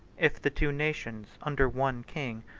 if the two nations, under one king,